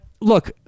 look